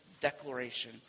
declaration